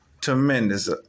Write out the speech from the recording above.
tremendous